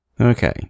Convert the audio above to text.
Okay